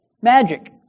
Magic